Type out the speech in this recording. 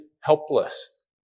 helpless